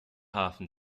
hafen